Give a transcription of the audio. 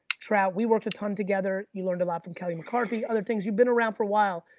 trout, we worked a ton together, you learned a lot from kelly mccarthy, other things you've been around for a while.